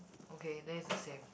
okay then it's the same